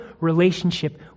relationship